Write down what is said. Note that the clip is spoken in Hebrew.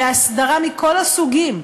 בהסדרה מכל הסוגים,